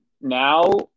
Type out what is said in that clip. now